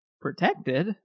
protected